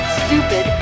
stupid